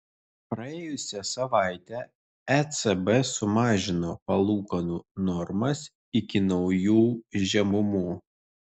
praėjusią savaitę ecb sumažino palūkanų normas iki naujų žemumų